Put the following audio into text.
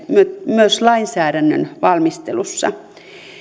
myös lainsäädännön valmistelussa